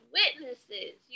witnesses